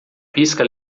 pisca